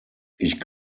ich